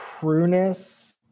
Prunus